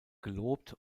gelobt